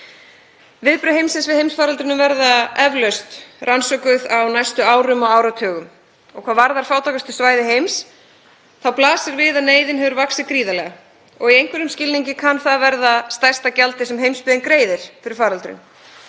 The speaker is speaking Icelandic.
Viðbrögð heimsins við heimsfaraldrinum verða eflaust rannsökuð á næstu árum og áratugum. Og hvað varðar fátækustu svæði heims þá blasir við að neyðin hefur vaxið gríðarlega og í einhverjum skilningi kann það að verða stærsta gjaldið sem heimsbyggðin greiðir fyrir faraldurinn.